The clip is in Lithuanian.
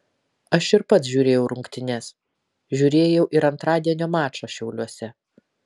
aš ir pats žiūrėjau rungtynes žiūrėjau ir antradienio mačą šiauliuose